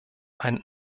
einen